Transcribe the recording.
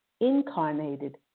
incarnated